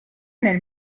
nel